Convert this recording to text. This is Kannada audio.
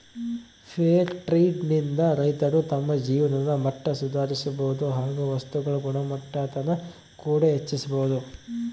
ಫೇರ್ ಟ್ರೆಡ್ ನಿಂದ ರೈತರು ತಮ್ಮ ಜೀವನದ ಮಟ್ಟ ಸುಧಾರಿಸಬೋದು ಹಾಗು ವಸ್ತುಗಳ ಗುಣಮಟ್ಟಾನ ಕೂಡ ಹೆಚ್ಚಿಸ್ಬೋದು